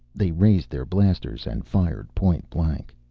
they raised their blasters and fired point-blank.